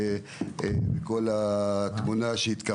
כל התמונה שהתקבלה